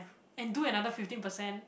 and do another fifteen percent